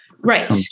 Right